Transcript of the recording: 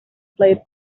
played